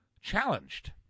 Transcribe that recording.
challenged